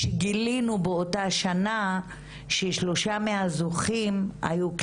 כשגילינו באותה שנה ששלושה מהזוכים היו במקרה